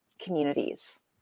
communities